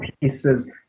pieces